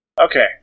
Okay